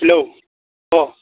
हेल' अ